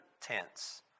tense